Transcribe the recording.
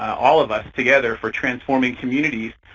all of us together, for transforming communities,